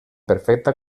perfecta